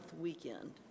weekend